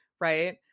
right